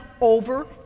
over